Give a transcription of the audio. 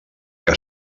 que